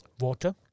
water